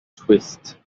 twist